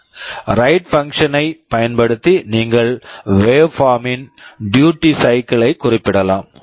write write function function ஐப் பயன்படுத்தி நீங்கள் வேவ்பார்ம் waveform ன் டியூட்டி சைக்கிள் duty cycle ஐக் குறிப்பிடலாம்